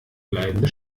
bleibende